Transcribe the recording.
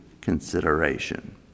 consideration